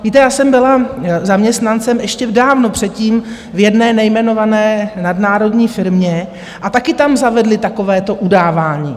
Víte, já jsem byla zaměstnancem ještě dávno předtím v jedné nejmenované nadnárodní firmě a taky tam zavedli takovéto udávání.